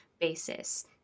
basis